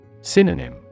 Synonym